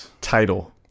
title